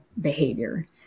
behavior